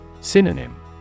Synonym